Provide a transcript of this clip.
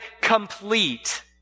complete